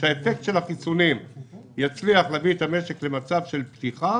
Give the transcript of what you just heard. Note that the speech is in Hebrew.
שהאפקט של החיסונים יצליח להביא את המשק למצב של פתיחה